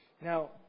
Now